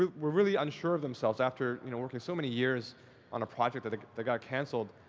um were really unsure of themselves after you know working so many years on a project that that got canceled.